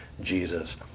jesus